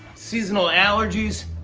seasonal allergies.